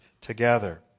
together